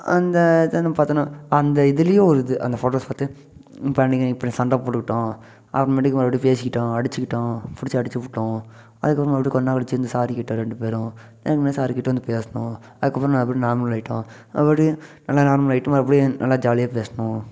அந்த இதை நம்ம பார்த்தோன்னா அந்த இதுலேயும் ஒரு இது அந்த ஃபோட்டோஸ் பார்த்து இப்போ பண்ணிங்க இப்படி சண்டை போட்டுக்கிட்டோம் அப்புறமேட்டிக்கு மறுபடி பேசிக்கிட்டோம் அடிச்சுக்கிட்டோம் பிடிச்சு அடிச்சுப்புட்டோம் அதுக்கப்றம் மறுபடி கொஞ்ச நேரம் கழித்து வந்து சாரி கேட்டோம் ரெண்டு பேரும் வேணும்னே சாரி கேட்டு வந்து பேசினோம் அதுக்கப்றம் நார்மல் ஆகிட்டோம் மறுபடி நல்லா நார்மல் ஆகிட்டு மறுபடி நல்லா ஜாலியாக பேசினோம்